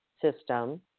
system